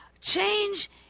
Change